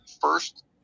first